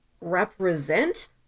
represent